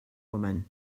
woman